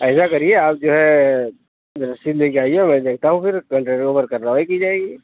ایسا کریے آپ جو ہے رسید لے کے آئیے میں دیكھتا ہوں پھر كنڈیكٹر کے اُوپر كاروائی كی جائے گی